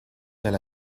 del